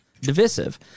divisive